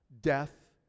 Death